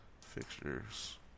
fixtures